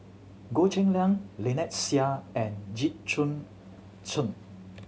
Goh Cheng Liang Lynnette Seah and Jit Choon Ch'ng